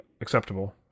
acceptable